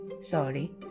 sorry